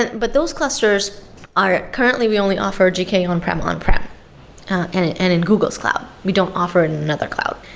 and but those clusters are currently, we only offer gke on-prem on-prem and in google's cloud. we don't offer another cloud.